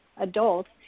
adults